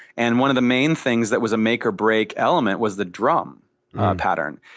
and one of the main things that was a make or break element was the drum pattern.